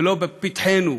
ולא בפתחנו,